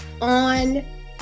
on